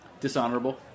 Dishonorable